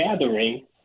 gathering